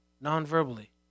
non-verbally